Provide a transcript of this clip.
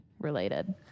related